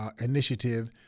initiative